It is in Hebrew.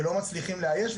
ולא מצליחים לאייש,